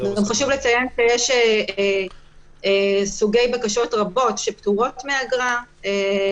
חשוב לציין שיש בקשות רבות שפטורות מאגרה,